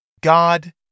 God